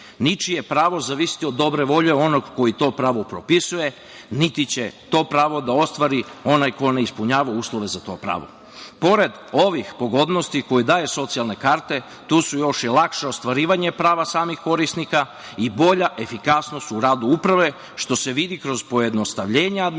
ničije pravo zavisiti od dobre volje onog koji to pravo propisuje, niti će to pravo da ostvari onaj ko ne ispunjava uslove za to pravo. Pored ovih pogodnosti koje daje socijalne karte, tu su još i lakše ostvarivanje prava samih korisnika i bolja efikasnost u radu uprave, što se vidi kroz pojednostavljenja administrativnog